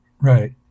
right